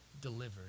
delivered